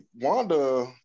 wanda